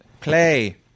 Play